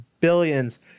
billions